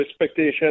expectation